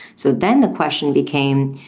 so then the question became,